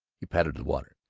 he patted the water,